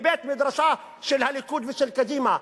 מבית-מדרשם של הליכוד ושל קדימה.